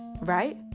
Right